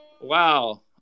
Wow